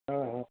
হ্যাঁ হ্যাঁ